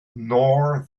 nor